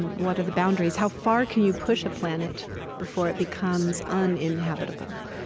what are the boundaries? how far can you push a planet before it becomes uninhabitable?